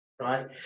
Right